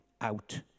out